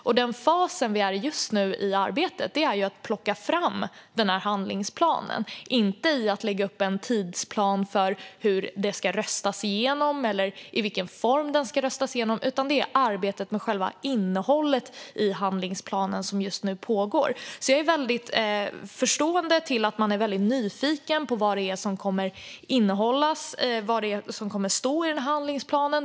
Just nu är vi i den fasen i arbetet att vi plockar fram handlingsplanen. Vi är inte i fasen att vi ska lägga upp en tidsplan för hur den ska röstas igenom eller i vilken form, utan det är arbetet med själva innehållet i handlingsplanen som just nu pågår. Jag förstår att man är väldigt nyfiken på vad som kommer att stå i handlingsplanen.